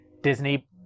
Disney